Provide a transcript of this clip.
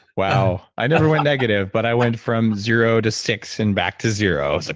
wow. i never went negative, but i went from zero to six, and back to zero. so